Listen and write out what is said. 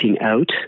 out